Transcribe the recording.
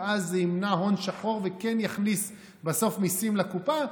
ואז זה ימנע הון שחור וכן יכניס בסוף מיסים לקופה,